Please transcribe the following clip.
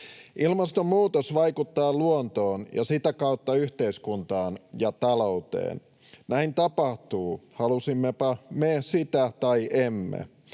Ilmastonmuutos vaikuttaa luontoon ja sitä kautta yhteiskuntaan ja talouteen. Näin tapahtuu, halusimmepa me sitä tai emme.